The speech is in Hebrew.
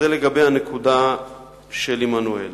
זה לגבי הנקודה של עמנואל.